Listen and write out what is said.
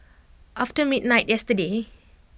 after midnight yesterday